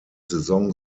saison